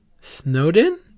Snowden